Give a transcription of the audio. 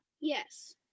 Yes